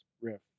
riff